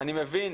אני מבין